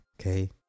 Okay